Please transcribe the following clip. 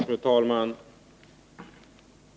Fru talman!